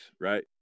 right